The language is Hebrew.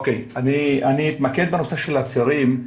אני אתמקד בנושא של הצעירים.